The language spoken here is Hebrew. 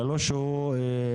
בלי שהוא סובל.